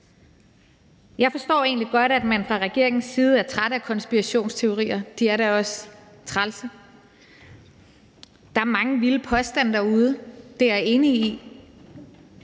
Jeg forstår egentlig godt, at man fra regeringens side er træt af konspirationsteorier; de er da også trælse. Der er mange vilde påstande derude, det er jeg enig